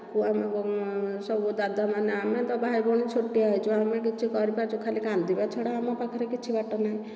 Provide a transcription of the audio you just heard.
ତାକୁ ସବୁ ଦାଦା ମାନେ ଆମେ ତା ଭାଇ ଭଉଣୀ ସବୁ ଛୋଟିଆ ହେଇଛୁ ଆମେ କିଛି କରିପାରୁଛୁ ଖାଲି କାନ୍ଦିବା ଛଡ଼ା ଆମ ପାଖରେ କିଛି ବାଟ ନାଇ